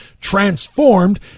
transformed